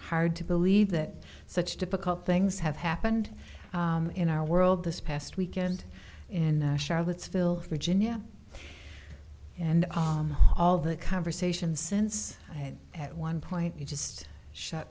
hard to believe that such difficult things have happened in our world this past weekend in charlottesville virginia and all the conversations since i had at one point you just shut